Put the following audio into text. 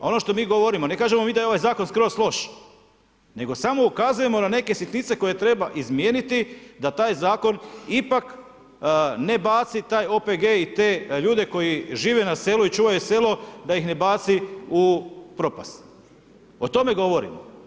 A ono što mi govorimo, ne kažemo mi da je ovaj zakon skroz loš, nego samo ukazujemo na neke sitnice koje treba izmijeniti da taj zakon ipak ne baci taj OPG-e i te ljude koji žive na selu i čuvaju selo da ih ne baci u propast o tome govorimo.